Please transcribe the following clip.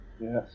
Yes